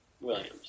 Williams